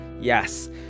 yes